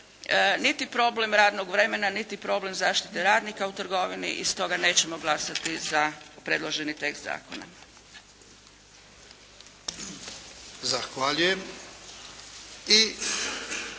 niti problem radnog vremena niti problem zaštite radnika u trgovini. I stoga nećemo glasati za predloženi tekst zakona.